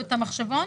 המחשבון.